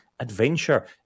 adventure